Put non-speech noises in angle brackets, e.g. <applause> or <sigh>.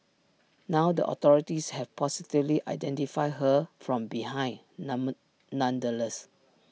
now the authorities have positively identified her from behind <unintelligible> nonetheless